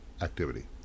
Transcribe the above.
activity